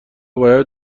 باید